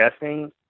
guessing